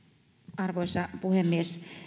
arvoisa puhemies